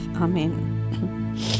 Amen